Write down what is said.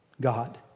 God